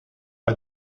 pas